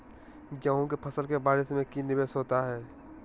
गेंहू के फ़सल के बारिस में की निवेस होता है?